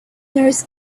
knows